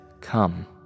Come